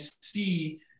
see